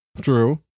True